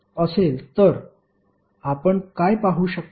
आपण काय पाहू शकतो